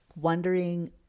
wondering